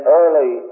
early